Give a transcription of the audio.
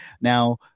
Now